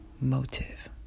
motive